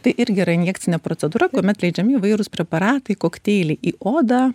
tai irgi yra injekcinė procedūra kuomet leidžiami įvairūs preparatai kokteilį į odą